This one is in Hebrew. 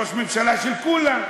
ראש ממשלה של כולם.